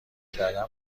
کردن